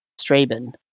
Straben